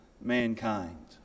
mankind